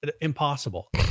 impossible